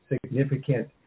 significant